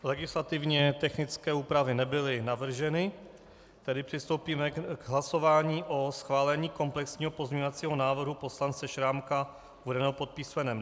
Legislativně technické úpravy nebyly navrženy, tedy přistoupíme k hlasování o schválení komplexního pozměňovacího návrhu poslance Šrámka uvedeného pod písm.